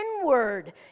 inward